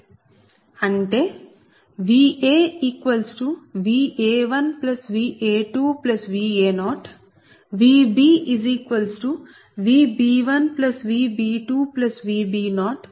అంటే VaVa1Va2Va0 VbVb1Vb2Vb0VcVc1Vc2Vc0